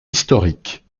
historique